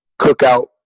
Cookout